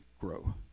grow